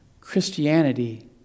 Christianity